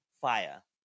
fire